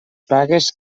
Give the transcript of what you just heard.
pagues